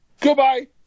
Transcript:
Goodbye